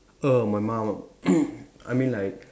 err my mum I mean like